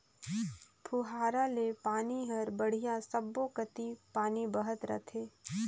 पुहारा ले पानी हर बड़िया सब्बो कति पानी बहत रथे